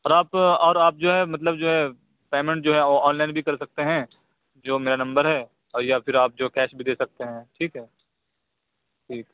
اور آپ اور آپ جو ہے مطلب جو ہے پیمینٹ جو ہے آن لائن بھی کر سکتے ہیں جو میرا نمبر ہے اور یا پھر آپ جو ہے کیش بھی دے سکتے ہیں ٹھیک ہے ٹھیک